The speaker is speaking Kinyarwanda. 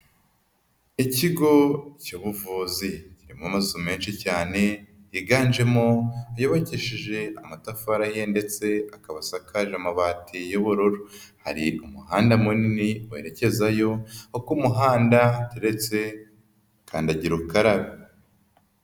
Ikigo cy'ubuvuzi kirimo amazu menshi cyane yiganjemo ayubakishije amatafari ahiye ndetse akaba asakaje amabati y'ubururu, hari umuhanda munini werekezayo aho ko muhanda hateretse kandagira ukarabe.